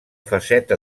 faceta